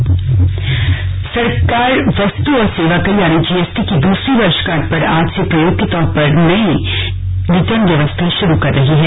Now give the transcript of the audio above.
slug GST सरकार वस्त और सेवा कर जी एस टी की दूसरी वर्षगांठ पर आज से प्रयोग के तौर पर नई रिटर्न व्यवस्था शुरू कर रही है